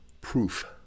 proof